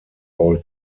all